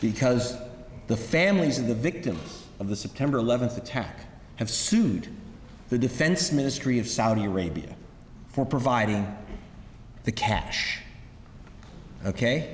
because the families of the victims of the september eleventh attack have sued the defense ministry of saudi arabia for providing the cash ok